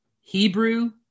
Hebrew